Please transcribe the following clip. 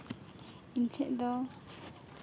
ᱤᱧ ᱴᱷᱮᱱ ᱫᱚ